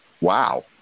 Wow